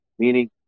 Meaning